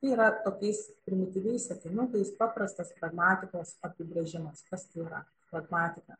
tai yra tokiais primityviais sakinukais paprastas pragmatiškos apibrėžimas kas yra pragmatika